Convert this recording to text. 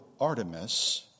Artemis